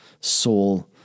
soul